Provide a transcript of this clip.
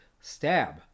stab